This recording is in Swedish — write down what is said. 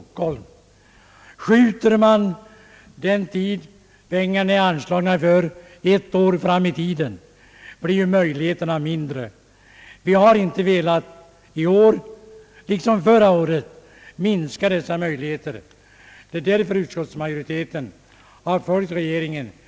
Om man nu skjuter fram den tid, för vilken pengarna är anslagna, ett år blir möjligheterna mindre. Vi har inte i år, liksom inte heller förra året, velat minska möjligheterna härvidlag. Det är därför utskottsmajoriteten har följt regeringens förslag.